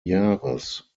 jahres